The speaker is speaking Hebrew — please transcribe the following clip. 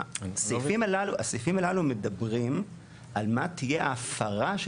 הסעיפים הללו מדברים על מה תהיה ההפרה של